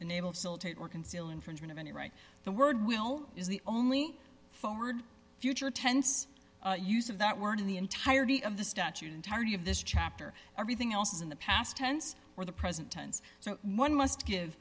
unable to conceal infringement of any right the word will is the only forward future tense use of that word in the entirety of the statute entirety of this chapter everything else is in the past tense or the present tense so one must give